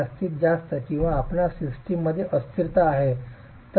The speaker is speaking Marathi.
जास्तीत जास्त किंवा आपणास सिस्टममध्ये अस्थिरता आहे